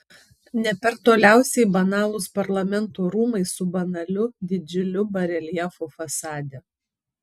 ne per toliausiai banalūs parlamento rūmai su banaliu didžiuliu bareljefu fasade